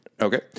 Okay